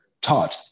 taught